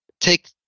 take